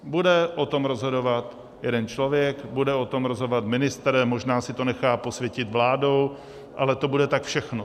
Bude o tom rozhodovat jeden člověk, bude o tom rozhodovat ministr, možná si to nechá posvětit vládou, ale to bude tak všechno.